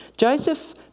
Joseph